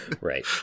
Right